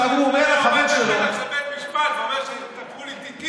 ראש הממשלה עומד בפתח של בית המשפט ואומר: תפרו לי תיקים.